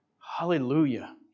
Hallelujah